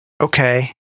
okay